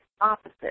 opposite